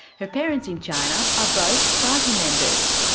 her parents in china are both party members.